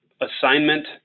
assignment